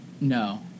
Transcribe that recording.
No